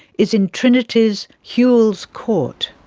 is in trinity's whewell's court.